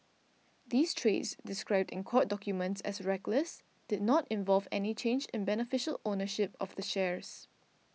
these trades described in court documents as reckless did not involve any change in beneficial ownership of the shares